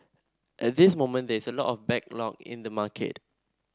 at this moment there is a lot of backlog in the market